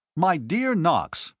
my dear knox!